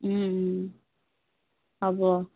হ'ব